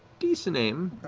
decent aim.